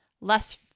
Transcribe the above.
less